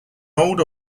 old